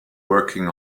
working